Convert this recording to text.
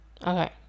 okay